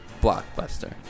Blockbuster